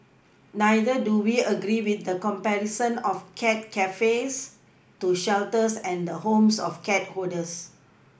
neither do we agree with the comparison of cat cafes to shelters and the homes of cat hoarders